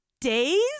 days